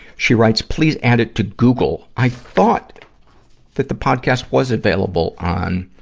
she writes, please add it to google. i thought that the podcast was available on,